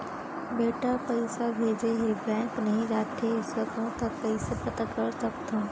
बेटा पइसा भेजे हे, बैंक नई जाथे सकंव त कइसे पता कर सकथव?